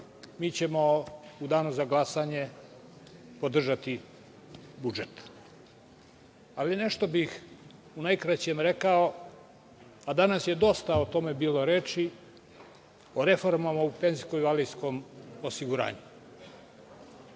mi ćemo u Danu za glasanje podržati budžet. Nešto bih u najkraćem rekao, a danas je dosta o tome bilo reči, o reformama u penzijsko-invalidskom osiguranju.